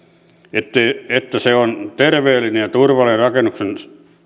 että se on terveellinen ja turvallinen rakennuksen